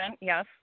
yes